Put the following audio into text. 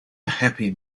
happy